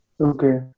Okay